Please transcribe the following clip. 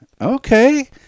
Okay